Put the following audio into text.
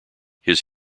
his